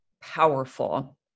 powerful